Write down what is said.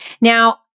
Now